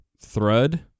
Thread